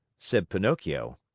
said pinocchio.